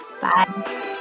Bye